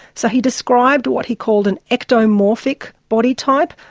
so he described what he called an ectomorphic body type.